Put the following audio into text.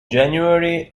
january